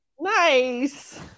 Nice